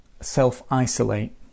self-isolate